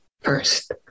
first